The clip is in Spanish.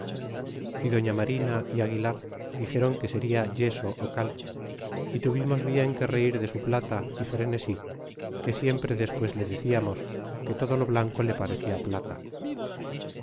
y doña marina é aguilar dixéron que seria yeso ó cal y tuvimos bien que reir de su plata a frenesí que siempre despues le declaraos que todo lo blanco le parecia plata